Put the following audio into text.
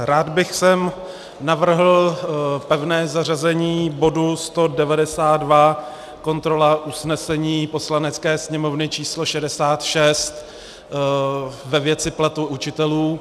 Rád bych navrhl pevné zařazení bodu 192 Kontrola usnesení Poslanecké sněmovny číslo 66 ve věci platů učitelů.